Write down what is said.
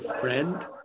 friend